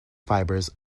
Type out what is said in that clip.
fibers